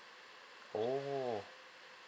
oh